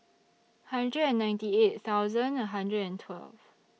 hundred and ninety eight thousand hundred and twelve